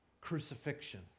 crucifixion